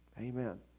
Amen